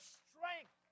strength